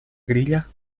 grilla